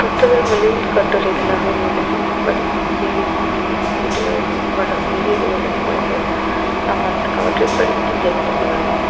புத்தகங்களில் கட்டுரைகளாக எழுதி படி எழுதி வெளியிடுவது வள வெளியிடுவதன் மூலமும் நம்மட் அவற்றை படித்து தெரிந்துக் கொள்ளலாம்